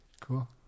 Cool